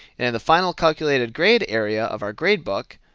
and the final calculated grade area of our gradebook,